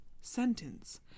sentence